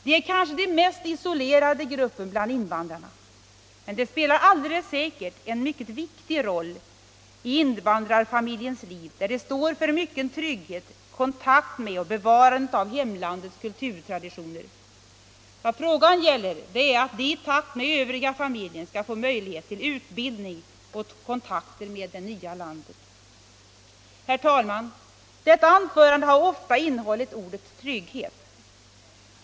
De är kanske den mest isolerade gruppen bland invandrarna, men de spelar alldeles säkert en mycket viktig roll i invandrarfamiljens liv, där de står för mycken trygghet, kontakt med och bevarande av hemlandets kulturtraditioner. Vad frågan gäller är att invandrarkvinnorna i takt med den övriga familjen skall få möjlighet till utbildning och kontakter med det nya hemlandet. Detta anförande har, herr talman, i många sammanhang innehållit ordet trygghet.